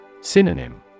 Synonym